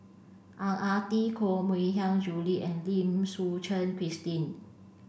Ang Ah Tee Koh Mui Hiang Julie and Lim Suchen Christine